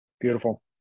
Beautiful